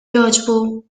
jogħġbu